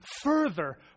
further